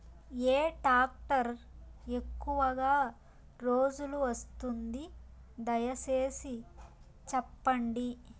ఏ tractor ఎక్కువగా రోజులు వస్తుంది, దయసేసి చెప్పండి?